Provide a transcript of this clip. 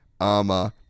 Armor